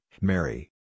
Mary